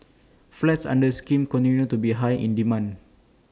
flats under the scheme continue to be in high demand